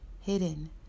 hidden